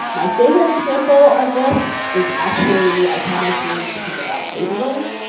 and my favorite example of this is actually i tell my students to think about labeling.